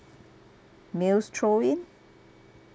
meals throw in